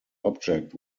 object